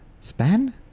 Span